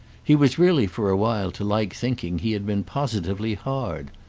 he was really for a while to like thinking he had been positively hard.